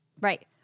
Right